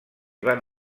van